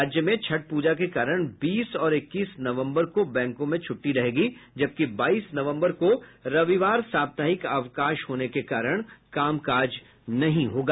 राज्य में छठ पूजा के कारण बीस और इक्कीस नवम्बर को बैंकों में छुट्टी रहेगी जबकि बाईस नवम्बर को रविवार साप्ताहिक अवकाश होने के कारण काम काज नहीं होगा